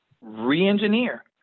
re-engineer